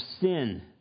sin